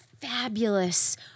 fabulous